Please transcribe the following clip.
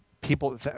people